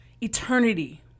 eternity